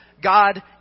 God